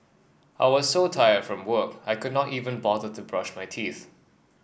I was so tired from work I could not even bother to brush my teeth